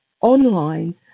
online